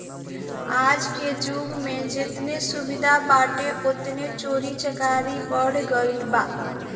आजके जुग में जेतने सुविधा बाटे ओतने चोरी चकारी बढ़ गईल बा